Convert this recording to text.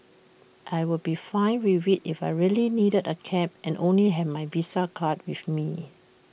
I'll be fine with IT if I really needed A cab and only have my visa card with me